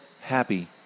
happy